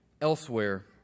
elsewhere